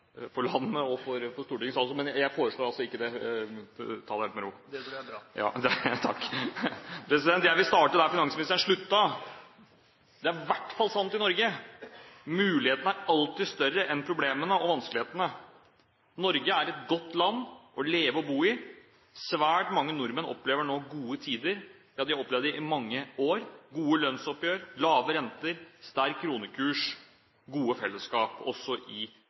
landet og for Stortinget. Men jeg foreslår ikke det. Ta det helt med ro. Det tror jeg er bra. Jeg vil starte der finansministeren sluttet. Det er i hvert fall sant i Norge: Mulighetene er alltid større enn problemene og vanskelighetene. Norge er et godt land å leve og bo i. Svært mange nordmenn opplever nå gode tider. Ja, de har opplevd det i mange år: gode lønnsoppgjør, lave renter, sterk kronekurs og gode fellesskap – også i